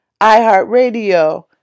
iHeartRadio